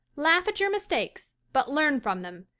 laugh at your mistakes but learn from them,